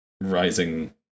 rising